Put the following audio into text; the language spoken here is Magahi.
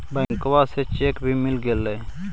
बैंकवा से चेक भी मिलगेलो?